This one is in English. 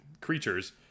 creatures